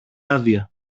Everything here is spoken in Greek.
άδεια